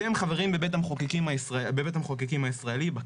אתם חברים בבית המחוקקים הישראלי, בכנסת.